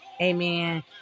Amen